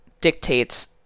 dictates